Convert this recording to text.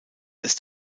ist